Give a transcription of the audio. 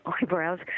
eyebrows